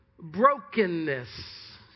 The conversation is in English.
brokenness